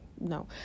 no